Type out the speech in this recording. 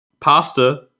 Pasta